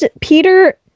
Peter